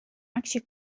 aksje